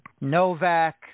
Novak